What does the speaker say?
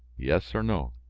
yes or no,